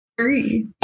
three